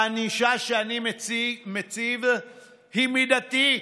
הענישה שאני מציב היא מידתית.